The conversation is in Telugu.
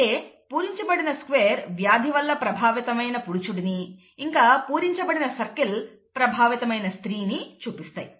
అంటే పూరించబడిన స్క్వేర్ వ్యాధి వల్ల ప్రభావితమైన పురుషుడిని ఇంకా పూరించబడిన సర్కిల్ ప్రభావితమైన స్త్రీని చూపిస్తాయి